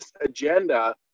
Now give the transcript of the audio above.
agenda